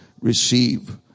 receive